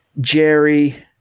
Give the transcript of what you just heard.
Jerry